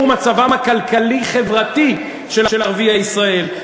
מצבם הכלכלי-חברתי של ערביי ישראל.